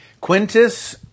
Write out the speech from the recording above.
Quintus